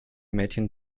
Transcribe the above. mädchen